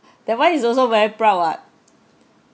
that one is also very proud [what]